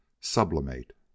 sublimate